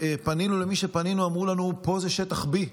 כשפנינו למי שפנינו, אמרו לנו, פה זה שטח B,